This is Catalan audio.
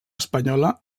espanyola